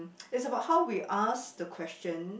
is about how we ask the question